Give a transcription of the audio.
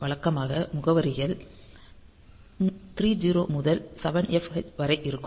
வழக்கமாக முகவரிகள் 30 முதல் 7Fh வரை இருக்கும்